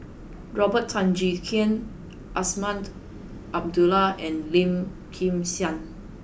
Robert Tan Jee Keng Azman Abdullah and Lim Kim San